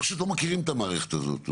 פשוט לא מכירים את המערכת הזאת.